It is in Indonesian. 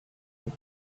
lift